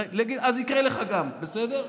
לגיטימי אז יקרה לך גם, בסדר?